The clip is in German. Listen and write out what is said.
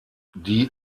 die